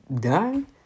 done